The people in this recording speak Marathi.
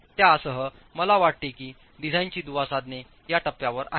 त्यासह मला वाटते की डिझाइनची दुवा साधणे या टप्प्यावर आहे